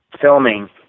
filming